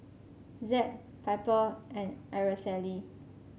Zeb Piper and Araceli